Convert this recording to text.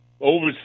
over